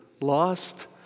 lost